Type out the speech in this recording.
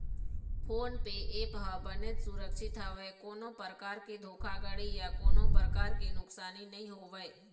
phone पे app ह बनेच सुरक्छित हवय कोनो परकार के धोखाघड़ी या कोनो परकार के नुकसानी नइ होवय